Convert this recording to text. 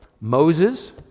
Moses